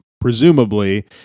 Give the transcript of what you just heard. presumably